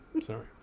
Sorry